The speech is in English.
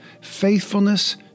faithfulness